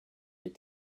wyt